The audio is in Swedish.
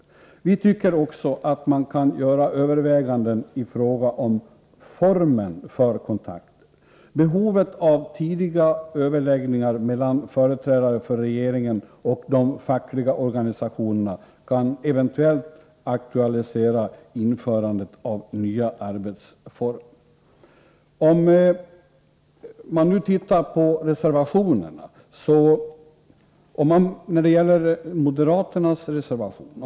Vi tycker också att man kan göra överväganden i fråga om formen för kontakter. Behovet av tidiga överläggningar mellan företrädare för regeringen och de fackliga organisationerna kan eventuellt aktualisera införande av nya arbetsformer. Så några ord om reservationerna. Först till moderaternas reservation!